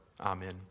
Amen